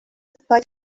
ddaeth